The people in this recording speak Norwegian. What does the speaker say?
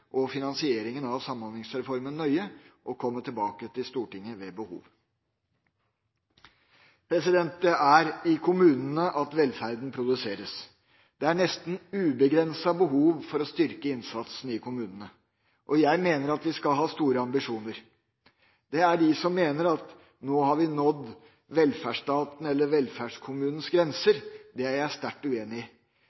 og finansieringen av Samhandlingsreformen nøye og komme tilbake til Stortinget ved behov. Det er i kommunene velferden produseres. Det er et nesten ubegrenset behov for å styrke innsatsen i kommunene. Jeg mener at vi skal ha store ambisjoner. Det er de som mener at vi nå har nådd velferdsstatens eller velferdskommunens grenser.